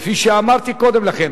כפי שאמרתי קודם לכן,